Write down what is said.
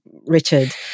Richard